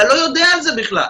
אתה לא יודע על זה בכלל.